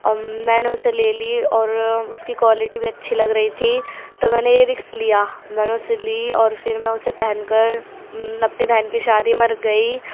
میں نے اسے لے لی اور اس کی کوالیٹی بھی اچھی لگ رہی تھی تو میں نے یہ رسک لیا میں نے اسے لی اور پھر میں اسے پہن کر اپنی بہن کی شادی میں گئی